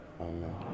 Amen